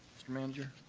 mr. manager.